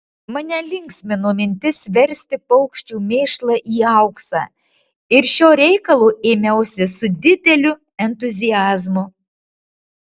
mane linksmino mintis versti paukščių mėšlą į auksą ir šio reikalo ėmiausi su dideliu entuziazmu